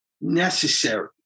necessary